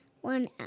one